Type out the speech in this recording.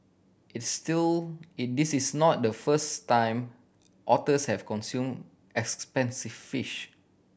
its still is this is not the first time otters have consumed expensive fish